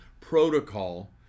protocol